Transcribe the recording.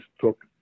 took